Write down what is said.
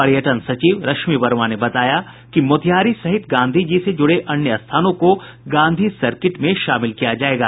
पर्यटन सचिव रश्मि वर्मा ने बताया कि मोतिहारी सहित गांधी जी से जुड़े अन्य स्थानों को गाँधी सर्किट में शामिल किया जायेगा